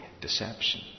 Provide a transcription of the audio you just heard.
deception